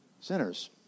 Sinners